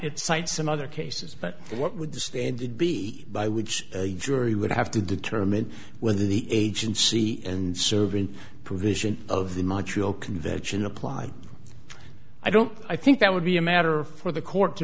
cites some other cases but what would the standard be by which a jury would have to determine whether the agency and serve in provision of the macho convention applied i don't i think that would be a matter for the court to